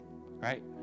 Right